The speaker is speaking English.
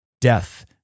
death